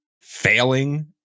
failing